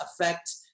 affect